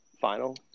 final